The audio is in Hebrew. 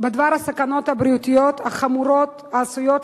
בדבר הסכנות הבריאותיות החמורות העשויות